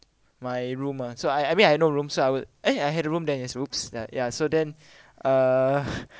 my room ah so I I mean I have no room so I would eh I had a room then there's whoops there yah so then uh